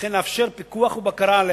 וכן לאפשר פיקוח ובקרה עליה.